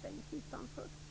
stängs utanför.